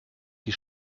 die